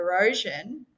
erosion